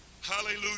hallelujah